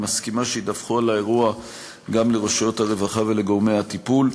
מסכימה שידווחו על האירוע גם לרשויות הרווחה ולגורמי הטיפול.